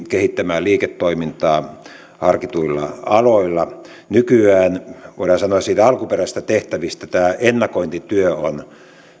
kehittämään liiketoimintaa harkituilla aloilla nykyään voidaan sanoa niistä alkuperäisistä tehtävistä tämä ennakointityö on